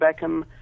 Beckham